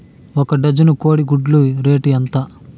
ఒక డజను కోడి గుడ్ల రేటు ఎంత?